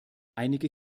einige